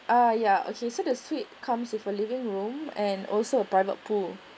ah ya okay so the suite comes with a living room and also a private pool